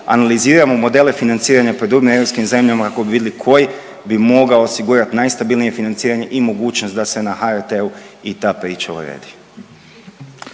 analiziramo modele financiranja …/Govornik se ne razumije./… na europskim zemljama kako bi vidli koji bi mogao osigurati najstabilnije financiranje i mogućnost da se na HRT-u i ta priča uredi.